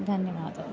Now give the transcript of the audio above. धन्यवादः